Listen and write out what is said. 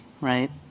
right